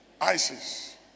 ISIS